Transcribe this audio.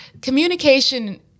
communication